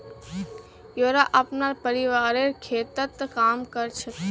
येरा अपनार परिवारेर खेततत् काम कर छेक